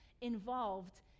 involved